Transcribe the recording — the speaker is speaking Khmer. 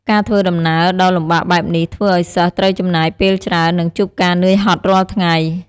ការធ្វើដំណើរដ៏លំបាកបែបនេះ ធ្វើឲ្យសិស្សត្រូវចំណាយពេលច្រើន និងជួបការនឿយហត់រាល់ថ្ងៃ។